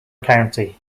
county